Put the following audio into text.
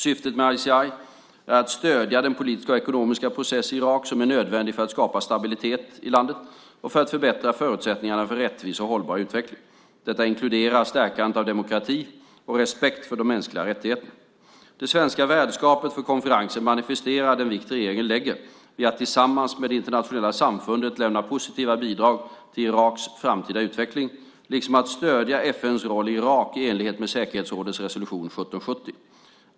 Syftet med ICI är att stödja den politiska och ekonomiska process i Irak som är nödvändig för att skapa stabilitet i landet och för att förbättra förutsättningarna för rättvis och hållbar utveckling. Detta inkluderar stärkandet av demokrati och respekt för de mänskliga rättigheterna. Det svenska värdskapet för konferensen manifesterade den vikt regeringen lägger vid att tillsammans med det internationella samfundet lämna positiva bidrag till Iraks framtida utveckling, liksom att stödja FN:s roll i Irak i enlighet med säkerhetsrådets resolution 1770.